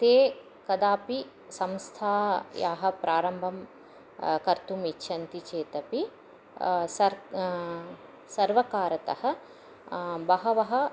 ते कदापि संस्थायाः प्रारम्भं कर्तुम् इच्छन्ति चेतपि सर् सर्वकारतः बहवः